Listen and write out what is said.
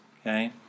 okay